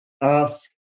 Ask